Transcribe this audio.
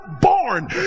born